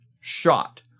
shot